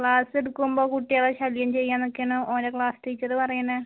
class എടുക്കുമ്പോൾ കുട്ടികളെ ശല്യം ചെയ്യുവാണെന്നൊക്കെയാണ് ഓൻറെ ക്ലാസ് ടീച്ചർ പറയുന്നത്